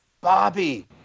Bobby